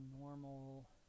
normal